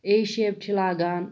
A شیپ چھِ لاگان